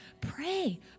Pray